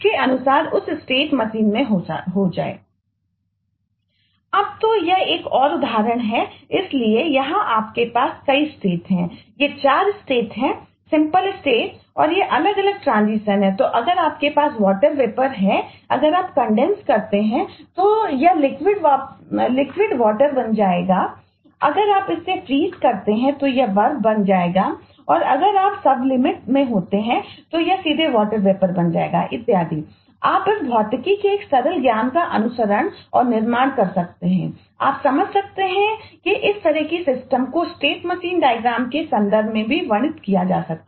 अब तो यह एक और उदाहरण है इसलिए यहां आपके पास कई स्टेट के संदर्भ में भी वर्णित किया जा सकता है